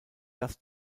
das